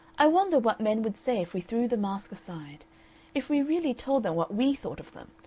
i wonder what men would say if we threw the mask aside if we really told them what we thought of them,